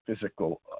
physical